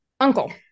uncle